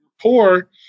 poor